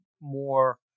more